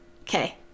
Okay